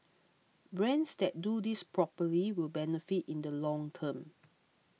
brands that do this properly will benefit in the long term